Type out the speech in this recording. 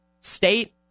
State